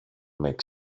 make